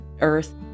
earth